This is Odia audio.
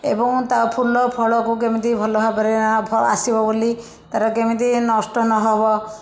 ଏବଂ ତା ଫୁଲ ଫଳକୁ କେମିତି ଭଲ ଭାବରେ ଆ ଆସିବ ବୋଲି ତାର କେମିତି ନଷ୍ଟ ନ ହବ